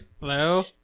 hello